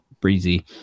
Breezy